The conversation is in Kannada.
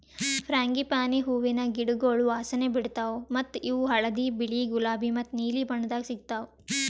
ಫ್ರಾಂಗಿಪಾನಿ ಹೂವಿನ ಗಿಡಗೊಳ್ ವಾಸನೆ ಬಿಡ್ತಾವ್ ಮತ್ತ ಇವು ಹಳದಿ, ಬಿಳಿ, ಗುಲಾಬಿ ಮತ್ತ ನೀಲಿ ಬಣ್ಣದಾಗ್ ಸಿಗತಾವ್